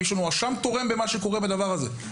יש לנו אשם תורם במה שקורה עם הדבר הזה.